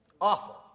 Awful